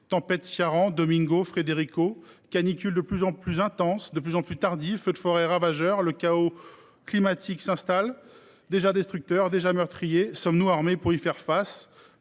tempêtes Ciaran, Domingos, Frederico, canicules de plus en plus intenses et de plus en plus tardives, feux de forêt ravageurs… Le chaos climatique s’installe, déjà destructeur, déjà meurtrier. Sommes nous armés pour y faire face ?